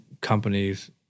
companies